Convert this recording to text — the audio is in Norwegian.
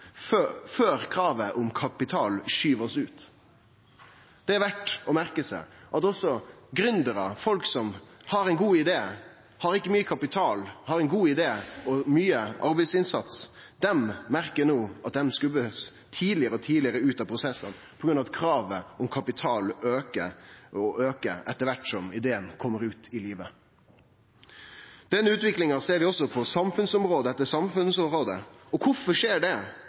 før kravet om kapital skyv oss ut. Det er verdt å merke seg at også gründerar – folk som ikkje har mykje kapital, men har ein god idé og mykje arbeidsinnsats – no merker at dei blir skubba tidlegare og tidlegare ut av prosessane på grunn av at kravet om kapital aukar og aukar etter kvart som ideen kjem ut i livet. Denne utviklinga ser vi på samfunnsområde etter samfunnsområde. Kvifor skjer det?